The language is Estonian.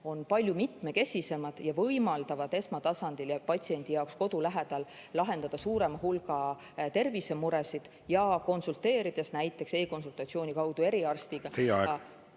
on palju mitmekesisemad ja võimaldavad esmatasandil ja patsiendi jaoks kodu lähedal lahendada suurema hulga tervisemuresid ja konsulteerida näiteks e-konsultatsiooni kaudu eriarstiga.